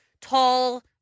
tall